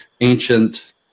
ancient